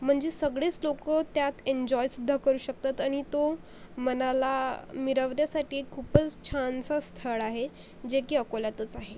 म्हणजे सगळेच लोकं त्यात एन्जॉयसुद्धा करू शकतात आणि तो मनाला मिरवण्यासाठी खूपच छानसं स्थळ आहे जे की अकोल्यातच आहे